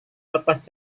lepas